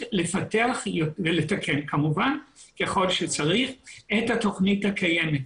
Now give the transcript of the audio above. לפתח ותקן כמובן ככל שצריך את התוכנית הקיימת.